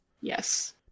Yes